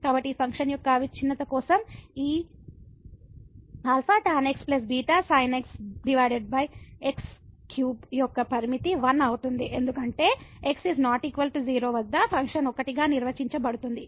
కాబట్టి ఈ ఫంక్షన్ యొక్క అవిచ్ఛిన్నత కోసం ఈ α tan xβ sin x x3 యొక్క లిమిట్ 1 అవుతుంది ఎందుకంటే x ≠ 0 వద్ద ఫంక్షన్ 1 గా నిర్వచించబడుతుంది